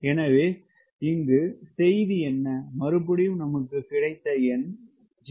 எனவே இங்கு செய்தி என்ன மறுபடியும் நமக்கு கிடைத்த எண் 0